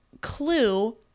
clue